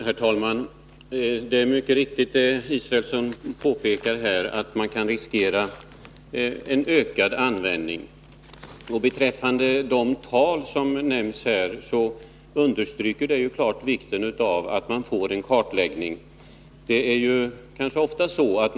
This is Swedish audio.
Herr talman! Det är riktigt att man, som Per Israelsson här påpekar, kan riskera en ökad användning. De tal som nämns i betänkandet understryker klart vikten av att man får till stånd en kartläggning.